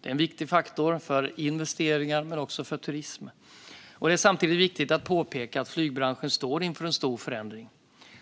Det är en viktig faktor för investeringar men också för turism. Det är samtidigt viktigt att påpeka att flygbranschen står inför en stor förändring.